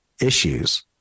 issues